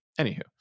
Anywho